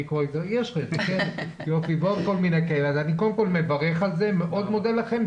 אני קודם כל מברך על זה, מאוד מודה לכם.